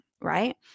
right